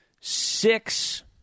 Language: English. six